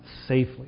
safely